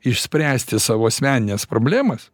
išspręsti savo asmenines problemas